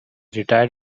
retired